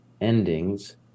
Endings